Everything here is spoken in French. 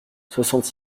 soixante